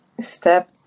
step